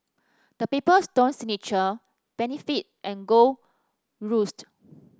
The Paper Stone Signature Benefit and Gold Roast